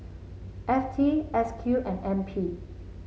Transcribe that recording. F T S Q and N P